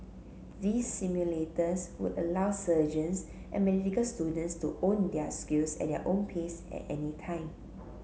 these simulators would allow surgeons and medical students to hone their skills at their own pace at any time